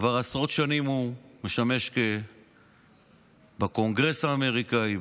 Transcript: כבר עשרות שנים הוא בקונגרס האמריקאי,